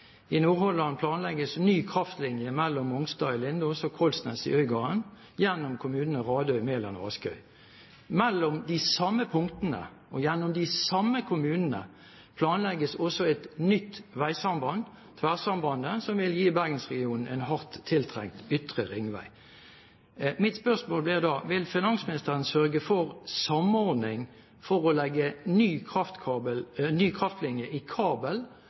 I Nordhordland planlegges en ny kraftlinje mellom Mongstad i Lindås og Kollsnes i Øygarden gjennom kommunene Radøy, Meland og Askøy. Mellom de samme punktene og gjennom de samme kommunene planlegges også et nytt veisamband, Tverrsambandet, som vil gi Bergensregionen en hardt tiltrengt ytre ringvei. Mitt spørsmål blir da: Vil finansministeren sørge for samordning for å legge ny kraftlinje i kabel langs ny vei istedenfor nye master i